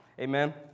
Amen